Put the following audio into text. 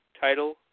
title